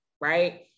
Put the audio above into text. right